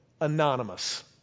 anonymous